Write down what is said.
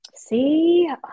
See